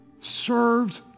served